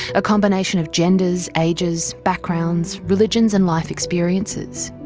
a combination of genders, ages, backgrounds, religions and life experiences.